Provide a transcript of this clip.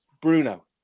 Bruno